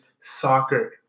soccer